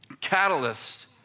catalyst